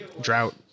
drought